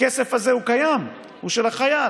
הכסף הזה הוא קיים, הוא של החייל.